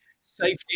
safety